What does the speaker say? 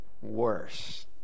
worse